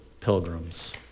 pilgrims